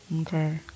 Okay